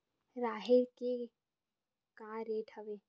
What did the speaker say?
राहेर के का रेट हवय?